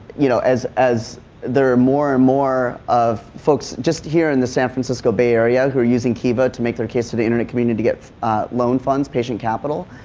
you know, as as there are more and more of folks just here in the san francisco bay area who are using kiva to make their case to internet community to get loan funds, patient capital,